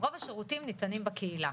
רוב השירותים ניתנים בקהילה.